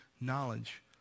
knowledge